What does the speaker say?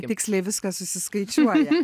tiksliai viską susiskaičiuoja